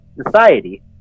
society